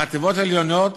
בחטיבות עליונות